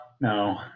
No